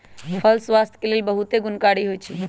फल स्वास्थ्य के लेल बहुते गुणकारी होइ छइ